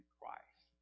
Christ